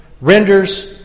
renders